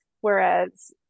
Whereas